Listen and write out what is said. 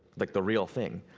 like the real thing.